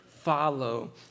follow